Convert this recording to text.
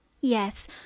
Yes